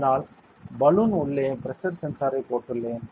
அதனால் பலூன் உள்ளே pressure sensor ஐ போட்டுள்ளேன்